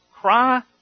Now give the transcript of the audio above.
Cry